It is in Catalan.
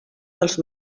als